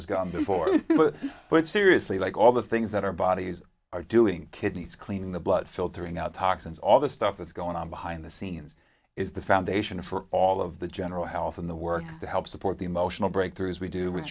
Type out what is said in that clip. has gone before but seriously like all the things that our bodies are doing kidneys cleaning the blood filtering out toxins all the stuff that's going on behind the scenes is the foundation for all of the general health in the work to help support the emotional breakthroughs we do